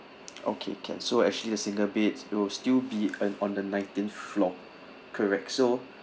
okay can so actually the single beds it'll still be an on the nineteenth floor correct so